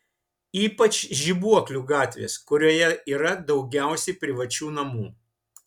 ypač žibuoklių gatvės kurioje yra daugiausiai privačių namų